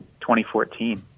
2014